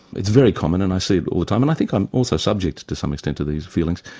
it's very common, and i see it all the time and i think i'm also subject to some extent to these feelings.